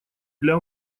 для